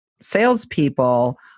salespeople